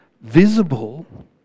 visible